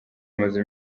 amaze